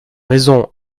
raisons